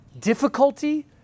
difficulty